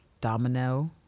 Domino